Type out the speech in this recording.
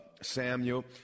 Samuel